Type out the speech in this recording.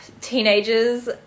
teenagers